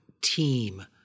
team